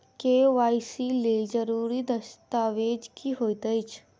KYC लेल जरूरी दस्तावेज की होइत अछि?